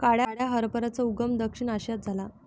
काळ्या हरभऱ्याचा उगम दक्षिण आशियात झाला